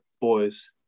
boys